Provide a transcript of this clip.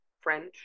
French